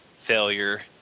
failure